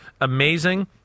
amazing